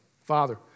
Father